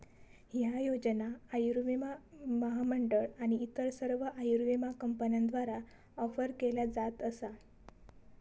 ह्या योजना आयुर्विमा महामंडळ आणि इतर सर्व आयुर्विमा कंपन्यांद्वारा ऑफर केल्या जात असा